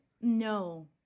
No